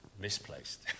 Misplaced